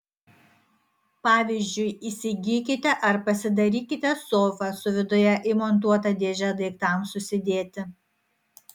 pavyzdžiui įsigykite ar pasidarykite sofą su viduje įmontuota dėže daiktams susidėti